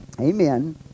Amen